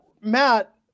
Matt